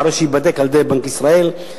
אחרי שייבדק על-ידי בנק ישראל,